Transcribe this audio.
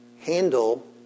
handle